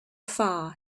far